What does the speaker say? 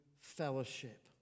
fellowship